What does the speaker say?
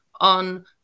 on